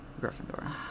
Gryffindor